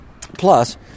Plus